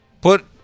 Put